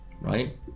right